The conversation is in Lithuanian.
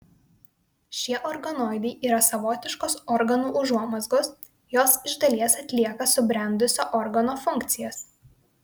šie organoidai yra savotiškos organų užuomazgos jos iš dalies atlieka subrendusio organo funkcijas